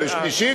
ושלישית,